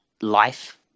life